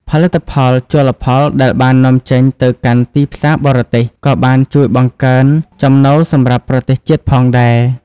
ផលិតផលជលផលដែលបាននាំចេញទៅកាន់ទីផ្សារបរទេសក៏បានជួយបង្កើនចំណូលសម្រាប់ប្រទេសជាតិផងដែរ។